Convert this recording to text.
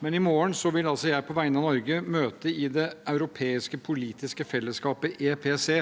men i morgen vil jeg altså på vegne av Norge møte i Det europeiske politiske fellesskapet, EPC,